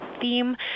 theme